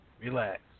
relax